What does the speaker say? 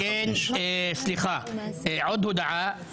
עוד הודעה,